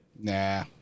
Nah